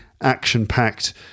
action-packed